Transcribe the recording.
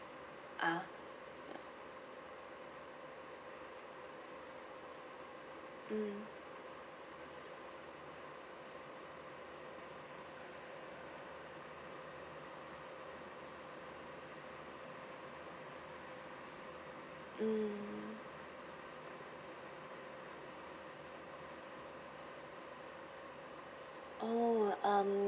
(uh huh) mm mm oh um